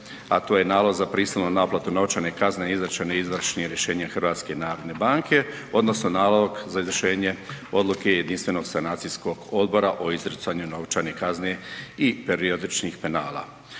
a to je nalog za prisilnu naplatu novčane kazne izrečene izvršnim rješenjem HNB-a odnosno nalog za izvršenje odluke jedinstvenog sanacijskog odbora o izricanju novčane kazne i periodičnih penala.